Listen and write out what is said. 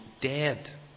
dead